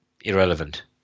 irrelevant